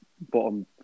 bottom